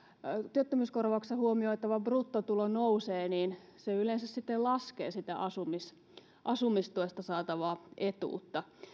työttömyyskorvauksessa huomioitava bruttotulo nousee niin se yleensä sitten laskee asumistuesta asumistuesta saatavaa etuutta